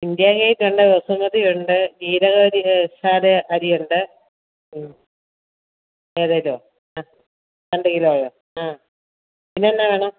ഇൻഡ്യാഗേറ്റുണ്ട് ബസുമതിയുണ്ട് ജീരകശാല അരിയുണ്ട് ഉം ഏതേലുമോ ആ രണ്ട് കിലോയോ ആ പിന്നെ എന്നാ വേണം